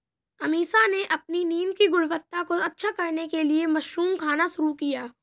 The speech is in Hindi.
अमीषा ने अपनी नींद की गुणवत्ता को अच्छा करने के लिए मशरूम खाना शुरू किया